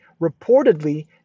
reportedly